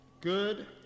Good